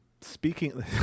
speaking